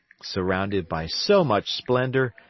surrounded by so much splendor,